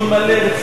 דיון מלא,